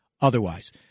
otherwise